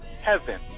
Heaven